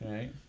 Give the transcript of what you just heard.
Right